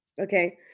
Okay